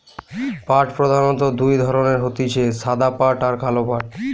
পাট প্রধানত দুই ধরণের হতিছে সাদা পাট আর কালো পাট